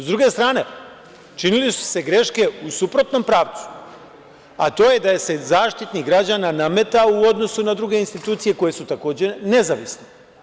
S druge strane, činile su se greške u suprotnom pravcu, a to je da se Zaštitnik građana nametao u odnosu na druge institucije koje su takođe nezavisne.